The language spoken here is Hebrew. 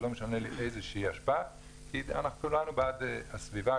ולא משנה לי איזושהי אשפה כי אנחנו כולנו בעד הסביבה,